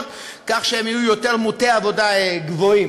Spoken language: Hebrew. כך שהן יהיו יותר מוּטות עבודה גבוהה,